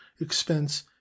expense